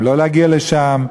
אם לא להגיע לשם,